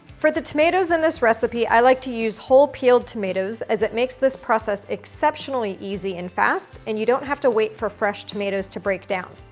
for the tomatoes in this recipe, i like to use whole peeled tomatoes as it makes this process exceptionally easy and fast. and you don't have to wait for fresh tomatoes to break down.